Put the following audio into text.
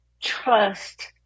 trust